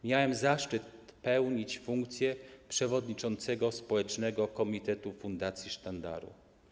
Miałem zaszczyt pełnić funkcję przewodniczącego Społecznego Komitetu Fundacji Sztandaru.